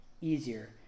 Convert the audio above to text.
easier